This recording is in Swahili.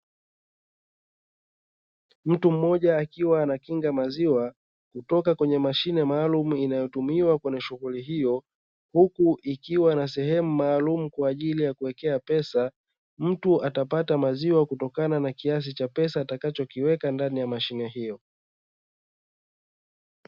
Mtu mmoja akiwa anakinga maziwa kutoka katika mashine maalumu inayotumiwa kwenye shughuli hiyo, huku ikiwa na sehemu maalumu ya kuwekea pesa, mtu atapata maziwa kutokana na kiasi cha pesa atakacho kiweka ndani ya mashine hiyo.